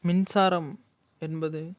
மின்சாரம் என்பது